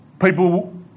people